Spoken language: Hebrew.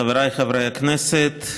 חבריי חברי הכנסת,